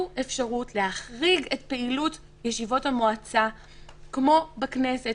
אפשרות להחריג את פעילות ישיבות המועצה כמו בכנסת.